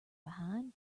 behind